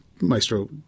Maestro